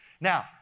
Now